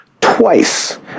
twice